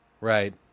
Right